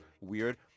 weird